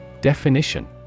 Definition